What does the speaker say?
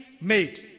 made